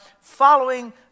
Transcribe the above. following